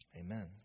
amen